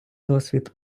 досвід